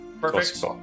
perfect